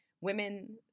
women